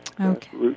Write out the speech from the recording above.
Okay